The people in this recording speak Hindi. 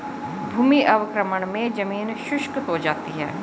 भूमि अवक्रमण मे जमीन शुष्क हो जाती है